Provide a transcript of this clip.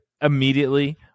immediately